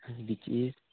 आनी बिचीर